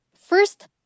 First